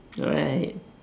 alright